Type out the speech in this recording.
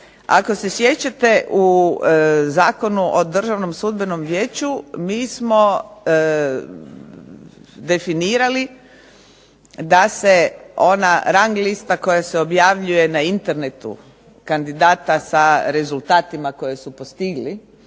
Ako se sjećate u Zakonu o Državnom sudbenom vijeću mi smo definirali da se ona rang lista koja se objavljuje na Internetu kandidata sa rezultatima koje su postigli